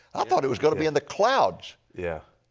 i thought it was going to be in the clouds. yeah.